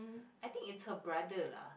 I think it's her brother lah